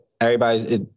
everybody's